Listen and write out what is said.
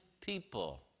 people